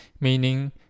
meaning